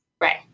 Right